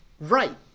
Right